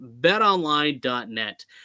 betonline.net